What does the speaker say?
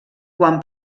quan